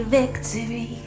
victory